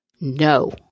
No